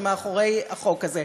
שמאחורי החוק הזה.